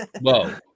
Whoa